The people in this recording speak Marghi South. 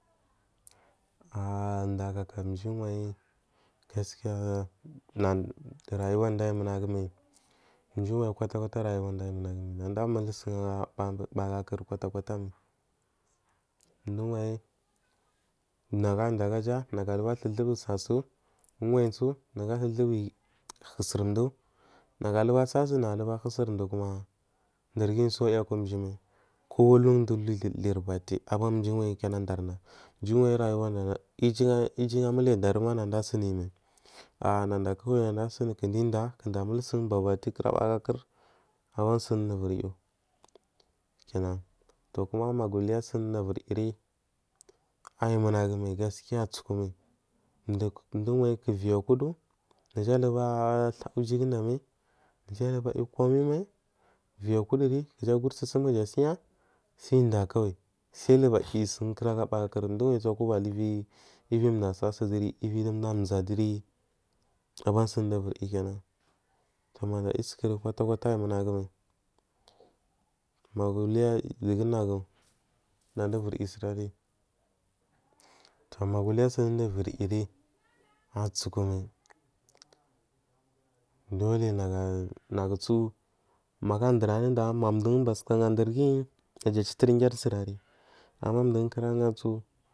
Ah ndakak mjiwayi gaskiya nan rayuwar da aiyi munagumai mjiwayi rayuwarda aiyi kwata kwata aiyimunagumai naɗa amulsugu abardagakar kwata kwatamai nɗurwayi nagu indagaja nagu lathuthubusu uwanyisu athubu husurmɗu lguhasasu lagulagahusumtu kuma nɗurguyi suna akumjimai kowa uhun du hbafi aban mjuwanyi aban dorda mjnwayi iyugu muliyanda ma nada sunumai ah wu imdaku kunda mulsunbabate kur amasun duda wiryu kina koma magu uliyasun duda variyun aimunagumai gaskiya atsukumal mduwanyi ku viyikudu najaluga thawa mjigundamai naja huga yikomai viyi kuduri kuja guri sursum kuja siya sai inda kawai sai bathuka yisu kura bu agakur mduwanyi su akuba ahuvi du mdu asasuduri mdu amʒurduri abansunbuɗa wriyu kina tomada yisu kwata kwata almung gu mai magu uliya nagu nada ivuri yusari to magu uliya sunduda wiyu atsukumai dole nagutsu magu adunanuɗ mdun basuka gadirguyi naja chuturi gyarri sari ama mdu kuragatsu.